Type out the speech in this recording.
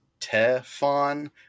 Tefon